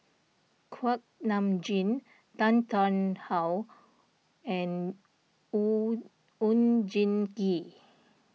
Kuak Nam Jin Tan Tarn How and Oon Oon Jin Gee